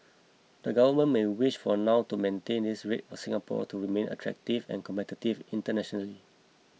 the government may wish for now to maintain this rate for Singapore to remain attractive and competitive internationally